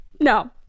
No